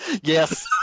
Yes